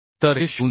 तर हे 0